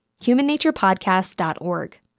humannaturepodcast.org